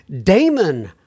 Damon